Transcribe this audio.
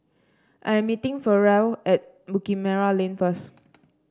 I am meeting Ferrell at Bukit Merah Lane first